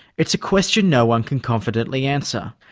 it's a question no-one can confidently answer.